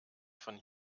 von